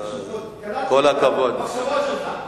פשוט מאוד, קלטתי את המחשבות שלך.